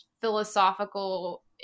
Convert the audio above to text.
philosophical